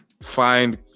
find